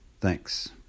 Thanks